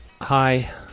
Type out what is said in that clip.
Hi